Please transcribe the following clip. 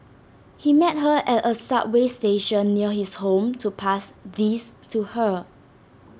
he met her at A subway station near his home to pass these to her